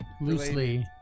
Loosely